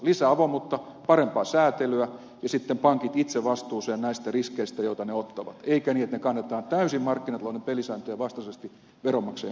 lisää avoimuutta parempaa säätelyä ja sitten pankit itse vastuuseen näistä riskeistä joita ne ottavat eikä niin että ne kannetaan täysin markkinatalouden pelisääntöjen vastaisesti veronmaksajien maksettavaksi